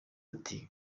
ati